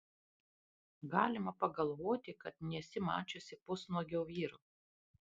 galima pagalvoti kad nesi mačiusi pusnuogio vyro